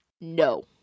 No